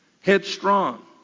headstrong